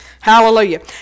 Hallelujah